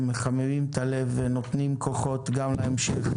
הם מחממים את הלב ונותנים כוחות גם להמשך.